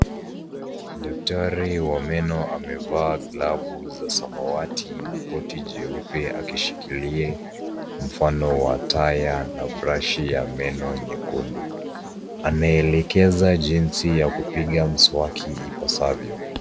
Daktari wa meno amevaa glavu za samawati na loti jeupe akishikilia mfano wa taya na brush ya meno nyekundu. Anaelekeza jinsi ya kupiga mswaki ipasavyo.